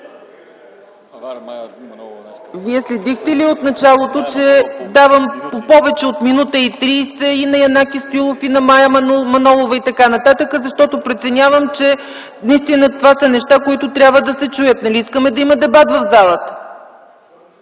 Вие следихте ли от началото, че давам по повече от минута и тридесет? И на Янаки Стоилов, и на Мая Манолова, и т.н., защото преценявам, че това са неща, които трябва да се чуят. Нали искаме да има дебат в залата?